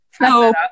No